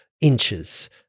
inches